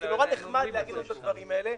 זה נורא נחמד להגיד לנו את הדברים האלה.